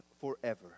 forever